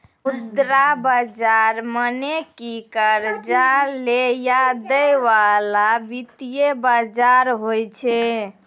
मुद्रा बजार मने कि कर्जा लै या दै बाला वित्तीय बजार होय छै